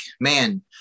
man